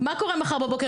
מה קורה מחר בבוקר?